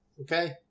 Okay